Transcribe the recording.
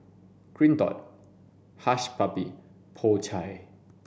Green dot Hush Puppy Po Chai